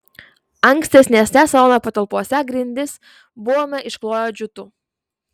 ankstesnėse salono patalpose grindis buvome iškloję džiutu